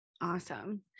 Awesome